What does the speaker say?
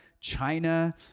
China